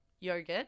yogurt